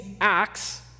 acts